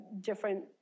different